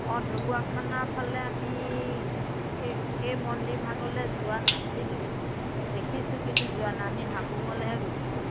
অঁ ঢকুৱাখানাৰ ফালে আমি এই সেই মন্দিৰ ভাগলে যোৱা নাছিলোঁ দেখিছোঁ কিন্তু যোৱা নাই আমি হাবুঙলেহে গৈছিলোঁ